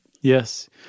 Yes